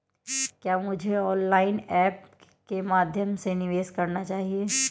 क्या मुझे online apps के माध्यम से निवेश करना चाहिए?